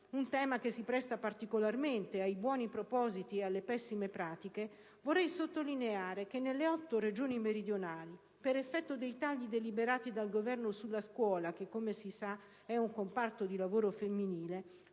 un tema che si presta particolarmente ai buoni propositi e alle pessime pratiche, vorrei sottolineare che nelle otto Regioni meridionali, per effetto dei tagli deliberati dal Governo sulla scuola che, come si sa, è un comparto di lavoro femminile,